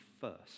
first